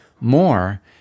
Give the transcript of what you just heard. more